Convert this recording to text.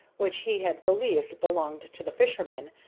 which he had believed belonged to the fishermen,